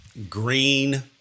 green